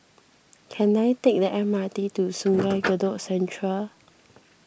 can I take the M R T to Sungei Kadut Central